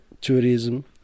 tourism